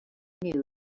knew